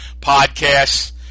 podcasts